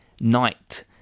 Night